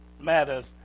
matters